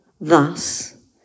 Thus